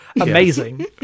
Amazing